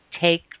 take